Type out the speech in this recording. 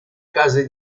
case